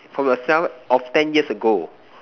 from yourself of ten years ago